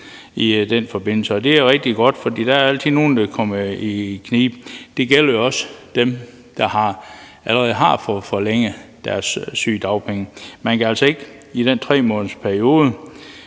det er rigtig godt, for der er altid nogen, der kommer i knibe. Det gælder jo også dem, der allerede har fået forlænget deres sygedagpenge. Man kan altså ikke i den 3-månedersperiode,